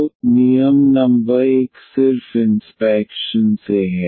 तो नियम नंबर 1 सिर्फ इन्स्पेक्शन से है